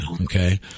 okay